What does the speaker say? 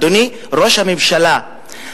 אדוני ראש הממשלה,